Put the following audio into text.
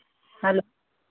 hello